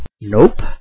Nope